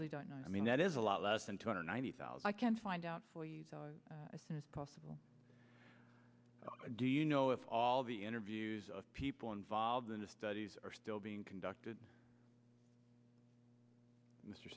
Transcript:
really don't know i mean that is a lot less than two hundred ninety thousand i can find out for you as soon as possible do you know if all the interviews of people involved in the studies are still being conducted mr